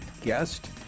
guest